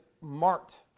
marked